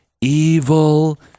evil